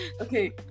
Okay